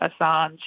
Assange